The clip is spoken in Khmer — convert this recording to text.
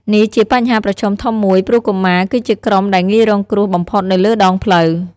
នេះជាបញ្ហាប្រឈមធំមួយ ព្រោះកុមារ គឺជាក្រុមដែលងាយរងគ្រោះបំផុតនៅលើដងផ្លូវ។